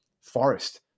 forest